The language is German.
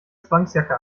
zwangsjacke